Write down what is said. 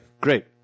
great